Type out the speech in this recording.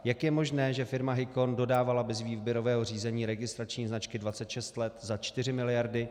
Jak je možné, že firma Hicon dodávala bez výběrového řízení registrační značky 26 let za 4 miliardy?